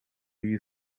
you